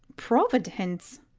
providence!